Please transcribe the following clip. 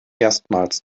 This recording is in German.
erstmals